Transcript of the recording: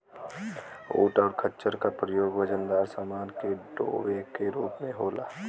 ऊंट और खच्चर का प्रयोग वजनदार समान के डोवे के रूप में होला